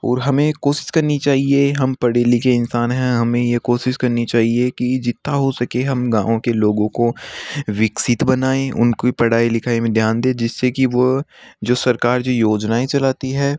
और हमें कोशिश करनी चाहिए हम पढ़े लिखे इंसान हैं हमें यह कोशिश करनी चाहिए कि जितना हो सके हम गाँव के लोगों को विकसित बनाएँ उन की पढ़ाई लिखाई में ध्यान दें जिस से कि वह जो सरकार जो योजनाएँ चलाती है